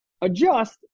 Adjust